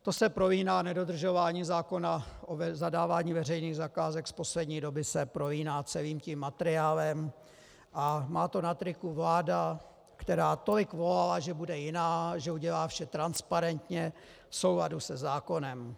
To se prolíná v nedodržování zákona o zadávání veřejných zakázek, z poslední doby se prolíná celým tím materiálem, a má to na triku vláda, která tolik volala, že bude jiná, že udělá vše transparentně v souladu se zákonem.